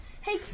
Hey